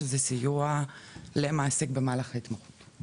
שזה סיוע למעסיק במהלך ההתמחות.